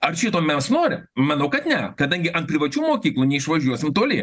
ar šito mes norim manau kad ne kadangi ant privačių mokyklų neišvažiuosim toli